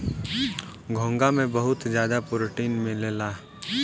घोंघा में बहुत ज्यादा प्रोटीन मिलेला